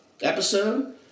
episode